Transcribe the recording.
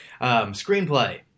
Screenplay